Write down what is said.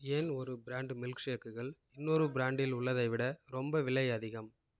ஏன் ஒரு brand milk ஷேக்குகள் இன்னொரு பிராண்டில் உள்ளதை விட ரொம்ப விலை அதிகம்